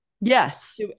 yes